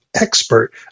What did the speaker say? expert